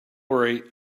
worry